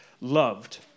loved